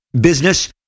business